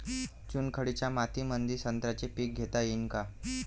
चुनखडीच्या मातीमंदी संत्र्याचे पीक घेता येईन का?